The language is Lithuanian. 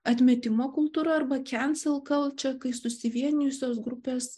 atmetimo kultūra arba kensil kalčia kai susivienijusios grupės